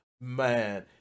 man